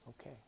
Okay